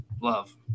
Love